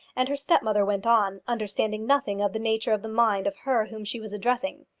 and her stepmother went on, understanding nothing of the nature of the mind of her whom she was addressing.